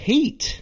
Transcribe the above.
Heat